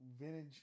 vintage